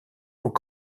aux